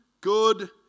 good